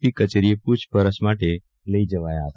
પી કચેરીએ પૂછપરછ માટે લઇ જવાયા હતા